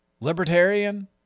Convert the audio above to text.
Libertarian